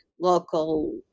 local